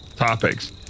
topics